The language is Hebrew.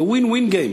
זה win-win game,